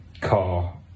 car